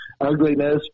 ugliness